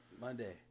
Monday